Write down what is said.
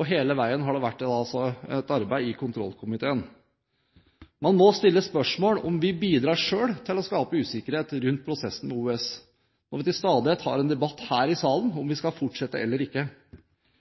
og hele veien har det vært et arbeid i kontrollkomiteen. Man må stille spørsmål ved om vi bidrar selv til å skape usikkerhet rundt prosessen med OUS når vi til stadighet har en debatt her i salen om vi skal fortsette eller ikke.